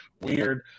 weird